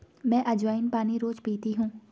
मैं अज्वाइन पानी रोज़ पीती हूँ